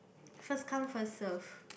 first come first serve